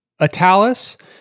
Atalus